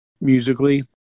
musically